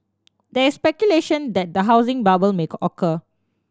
there is speculation that the housing bubble make occur